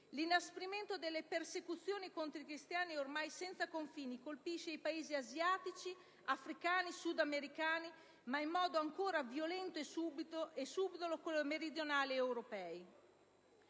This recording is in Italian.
L'inasprimento delle persecuzioni contro i cristiani è ormai senza confini: colpisce i Paesi asiatici, africani, sudamericani, ma in modo ancora più violento e subdolo quelli mediorientali ed europei.